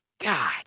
God